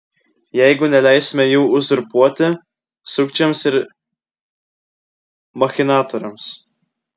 jeigu neleisime jų uzurpuoti sukčiams ir machinatoriams